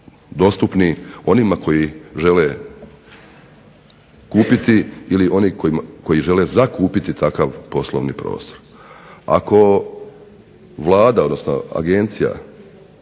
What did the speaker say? dostupni onima koji žele kupiti ili oni koji žele zakupiti takav poslovni prostor. Ako Vlada, odnosno Agencija